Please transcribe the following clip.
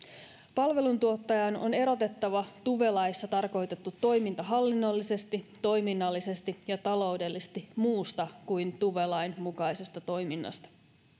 palveluntuottajan on erotettava tuve laissa tarkoitettu toiminta hallinnollisesti toiminnallisesti ja taloudellisesti muusta kuin tuve lain mukaisesta toiminnasta